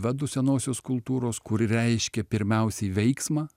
vedų senosios kultūros kuri reiškia pirmiausiai veiksmą